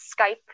skype